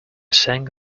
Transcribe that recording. sank